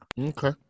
Okay